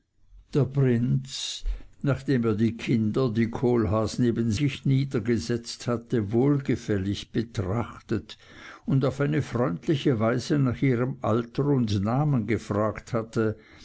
der prinz nachdem er die kinder die kohlhaas neben sich niedergesetzt hatte wohlgefällig betrachtet und auf eine freundliche weise nach ihrem alter und namen gefragt hatte